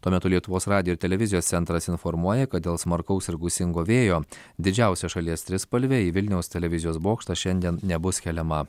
tuo metu lietuvos radijo ir televizijos centras informuoja kad dėl smarkaus ir gūsingo vėjo didžiausia šalies trispalvė į vilniaus televizijos bokštą šiandien nebus keliama